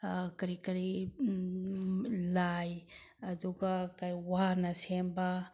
ꯀꯔꯤ ꯀꯔꯤ ꯂꯥꯏ ꯑꯗꯨꯒ ꯀꯩ ꯋꯥꯅ ꯁꯦꯝꯕ